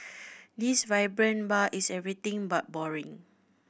this vibrant bar is everything but boring